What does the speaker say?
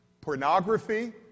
Pornography